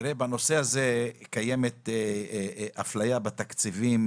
בנושא הזה קיימת אפליה בתקציבים,